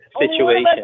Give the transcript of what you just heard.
Situation